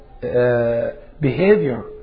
behavior